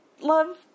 love